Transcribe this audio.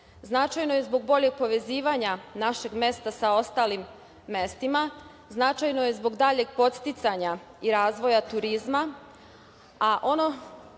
Značajno je zbog boljeg povezivanja našeg mesta sa ostalim mestima, značajno je zbog daljeg podsticanja i razvoja turizma, a značaj